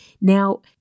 Now